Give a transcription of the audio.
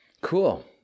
Cool